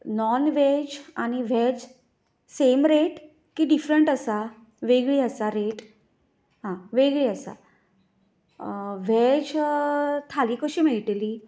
non veg आनी veg same rate की different आसा वेगळी आसा रेट आं वेगळी आसा वेज थाली कशी मेळटली